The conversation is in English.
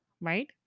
right